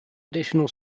additional